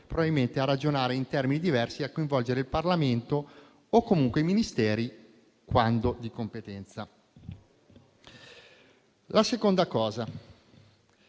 di iniziare a ragionare in termini diversi, coinvolgendo il Parlamento o comunque i Ministeri, quando di competenza. In secondo